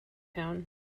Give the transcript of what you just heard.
town